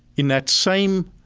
in that same